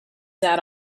that